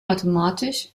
mathematisch